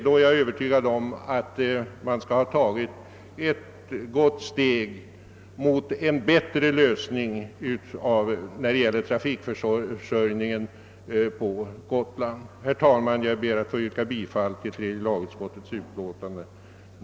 Jag är övertygad om att ifall så sker har man tagit ett bra steg mot en bättre lösning när det gäller trafikförsörjningen på Gotland. Herr talman! Jag ber att få yrka bifall till utskottets hemställan.